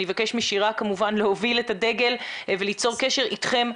אני אבקש כמובן משירה להוביל את הדגל וליצור קשר אתכם.